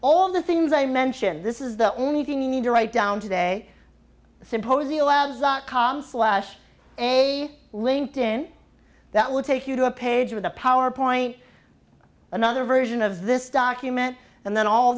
all the things i mentioned this is the only thing you need to write down today symposia labs dot com slash a linked in that will take you to a page with a power point another version of this document and then all